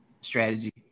strategy